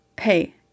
hey